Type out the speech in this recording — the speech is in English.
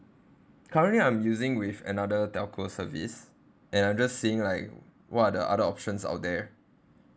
currently I'm using with another telco service and I'm just seeing like what are the other options out there